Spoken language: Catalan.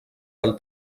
del